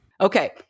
Okay